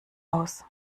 aus